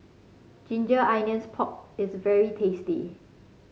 Ginger Onions Pork is very tasty